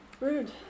Rude